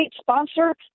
sponsor